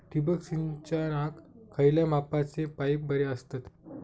ठिबक सिंचनाक खयल्या मापाचे पाईप बरे असतत?